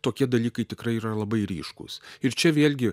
tokie dalykai tikrai yra labai ryškūs ir čia vėlgi